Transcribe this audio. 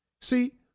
See